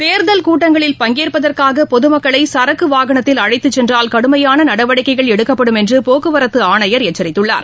தேர்தல் கூட்டங்களில் பங்கேற்பதற்காகபொதுமக்களைசரக்குவாகனத்தில் அழைத்துசென்றால் கடுமையானநடவடிக்கைகள் எடுக்கப்படும் என்றுபோக்குவரத்துஆணையர் எச்சரித்துள்ளார்